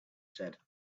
said